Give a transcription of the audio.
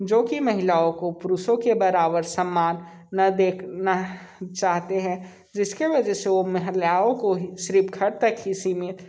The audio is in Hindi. जो कि महिलाओं को पुरुषों के बराबर सम्मान ना देना चाहते हैं जिस की वजह से वो महिलाओं को ही सिर्फ़ घर तक ही सीमित